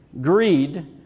greed